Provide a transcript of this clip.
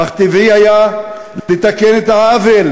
אך טבעי היה לתקן את העוול,